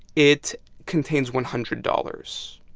it contains one hundred dollars.